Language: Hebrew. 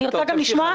אני רוצה גם לשמוע,